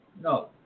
No